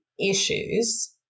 issues